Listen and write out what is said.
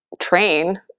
train